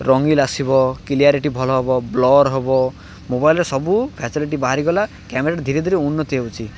ରଙ୍ଗିନ୍ ଆସିବ କ୍ଲାରିଟି ଭଲ ହେବ ବ୍ଲର୍ ହେବ ମୋବାଇଲ୍ରେ ସବୁ ଫେସିଲିଟି ବାହାରିଗଲା କ୍ୟାମେରାଟି ଧୀରେ ଧୀରେ ଉନ୍ନତି ହେଉଛି